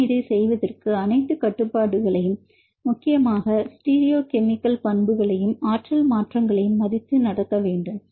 நாம் இதை செய்வதற்கு அனைத்து கட்டுப்பாடுகளையும் முக்கியமாக ஸ்டீரியோ கெமிக்கல் பண்புகளையும் ஆற்றல் மாற்றங்களையும் மதித்து நடக்க வேண்டும்